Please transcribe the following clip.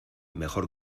mejor